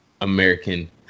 American